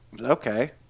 okay